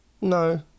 No